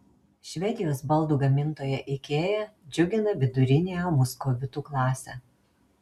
švedijos baldų gamintoja ikea džiugina viduriniąją muskovitų klasę